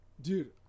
dude